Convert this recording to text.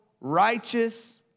righteous